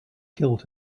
killed